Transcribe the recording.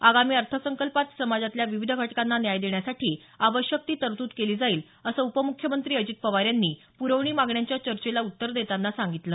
आगामी अर्थसंकल्पात समाजातल्या विविध घटकांना न्याय देण्यासाठी आवश्यक ती तरतूद केली जाईल असं उपमुख्यमंत्री अजित पवार यांनी या परवणी मागण्यांच्या चर्चेला उत्तर देताना सांगितल